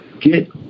get